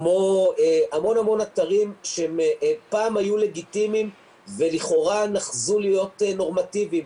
כמו המון אתרים שהם פעם היו לגיטימיים ולכאורה נחזו להיות נורמטיביים,